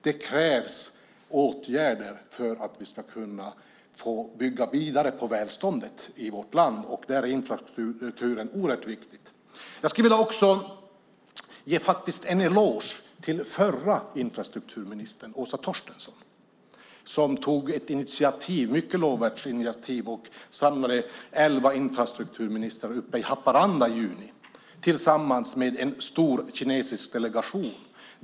Det krävs åtgärder för att vi ska kunna bygga vidare på välståndet i vårt land, och där är infrastrukturen oerhört viktig. Jag skulle vilja ge en eloge till den förra infrastrukturministern, Åsa Torstensson, som tog ett mycket lovvärt initiativ och samlade elva infrastrukturministrar uppe i Haparanda i juli tillsammans med en stor kinesisk delegation.